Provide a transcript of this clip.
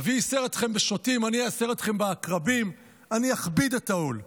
"אבי יסר אתכם בשוטים ואני איסר אתכם בעקרבים" אני אכביד את העול.